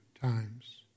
times